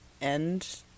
end